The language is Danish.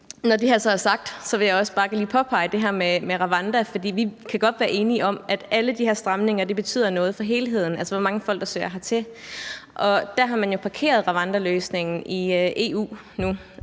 når det er sagt, vil jeg bare lige påpege det her med Rwanda. For vi kan godt være enige om, at alle de her stramninger betyder noget for helheden, altså hvor mange folk der søger hertil, og der har man jo parkeret Rwandaløsningen i EU nu.